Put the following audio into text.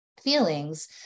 feelings